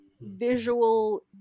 visual